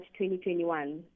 2021